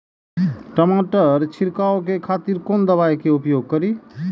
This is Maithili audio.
टमाटर छीरकाउ के खातिर कोन दवाई के उपयोग करी?